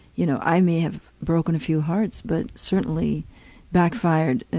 you know, i may have broken a few hearts, but certainly backfired